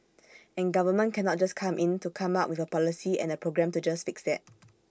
and government cannot just come in to come up with A policy and A program to just fix that